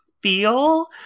feel